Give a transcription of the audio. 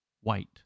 white